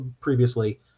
previously